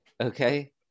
Okay